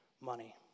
money